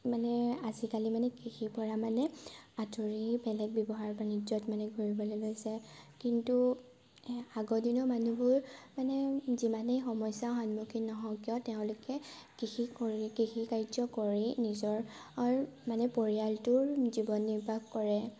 মানে আজিকালি মানে কৃষিৰ পৰা মানে আঁতৰি বেলেগ ব্যৱসায় বাণিজ্যত মানে ঘূৰিবলৈ লৈছে কিন্তু আগৰ দিনৰ মানুহবোৰ মানে যিমানেই সমস্যা সন্মুখীন নহওক কিয় তেওঁলোকে কৃষি কৰি কৃষি কাৰ্য কৰি নিজৰ মানে পৰিয়ালটোৰ জীৱন নিৰ্বাহ কৰে